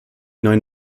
neuen